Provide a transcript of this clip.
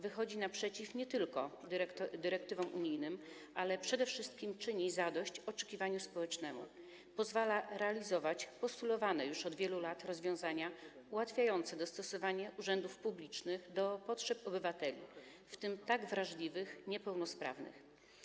Wychodzi on naprzeciw nie tylko dyrektywom unijnym, ale przede wszystkim czyni zadość oczekiwaniu społecznemu, pozwala wprowadzać postulowane od wielu lat rozwiązania, ułatwiające dostosowanie urzędów publicznych do potrzeb obywateli, w tym tak wrażliwych - niepełnosprawnych.